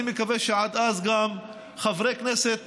אני מקווה שעד אז גם חברי כנסת